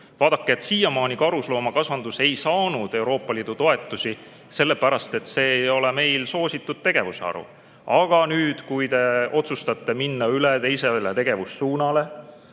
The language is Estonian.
Vaadake, siiamaani karusloomakasvatus ei saanud Euroopa Liidu toetusi, sellepärast et see ei ole meil soositud tegevusharu. Aga nüüd, kui te otsustate minna üle teisele tegevussuunale,